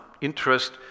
interest